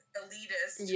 elitist